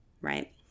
right